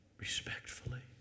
respectfully